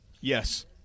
Yes